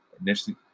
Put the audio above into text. initially